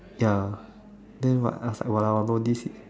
ya then what else I !walao! no dish